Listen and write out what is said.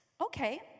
okay